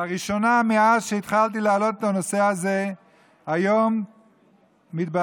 לראשונה מאז שהתחלתי להעלות את הנושא הזה היום מתברר